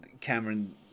Cameron